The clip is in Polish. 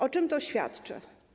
O czym to świadczy?